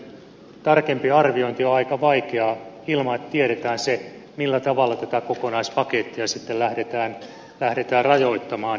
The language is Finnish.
mutta tietysti tämmöinen tarkempi arviointi on aika vaikeaa ilman että tiedetään se millä tavalla tätä kokonaispakettia sitten lähdetään rajoittamaan